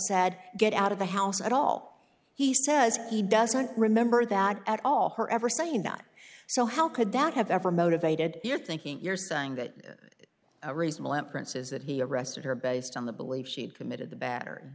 said get out of the house at all he says he doesn't remember that at all her ever saying that so how could that have ever motivated your thinking you're saying that a reasonable inference is that he arrested her based on the belief she had committed the batter